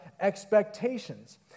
expectations